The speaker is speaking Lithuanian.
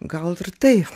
gal ir taip